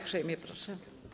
Uprzejmie proszę.